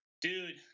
dude